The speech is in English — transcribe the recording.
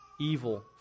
evil